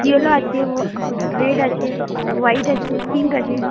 yellow আছে হো red আছে হোয়াইট আছে পিঙ্ক আছে